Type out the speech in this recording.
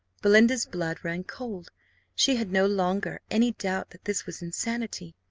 belinda's blood ran cold she had no longer any doubt that this was insanity.